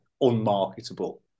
unmarketable